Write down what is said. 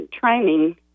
training